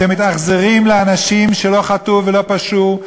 אתם מתאכזרים לאנשים שלא חטאו ולא פשעו,